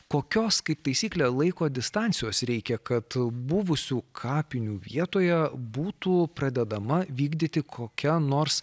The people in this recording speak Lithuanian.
kokios kaip taisyklė laiko distancijos reikia kad buvusių kapinių vietoje būtų pradedama vykdyti kokia nors